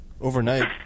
Overnight